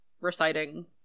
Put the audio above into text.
reciting